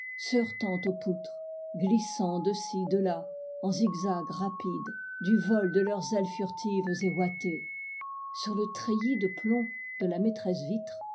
heurtant aux poutres glissant de-ci de-là en zigzags rapides du vol de leurs ailes furtives et ouatées sur le treillis de plomb de la maîtresse vitre